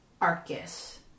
Arcus